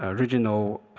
ah regional